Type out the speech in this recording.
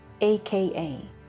AKA